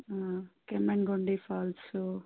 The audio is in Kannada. ಹಾಂ ಕೆಮ್ಮಣ್ಣುಗುಂಡಿ ಫಾಲ್ಸು